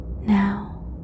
Now